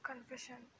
Confession